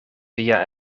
via